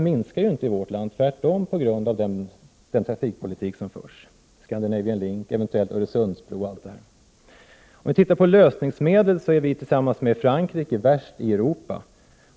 Vi i vårt land bryter lika grovt mot FN:s världsmiljödeklaration som Sydafrika bryter mot FN:s deklaration om de mänskliga rättigheterna.